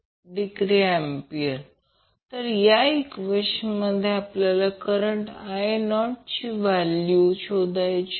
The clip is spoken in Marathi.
22°A तर या ईक्वेशनमध्ये आपल्याला करंट I0 ची व्हॅल्यू शोधायची आहे